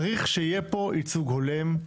צריך שיהיה פה יצוג הולם,